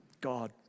God